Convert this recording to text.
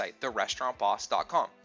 therestaurantboss.com